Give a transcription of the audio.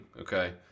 okay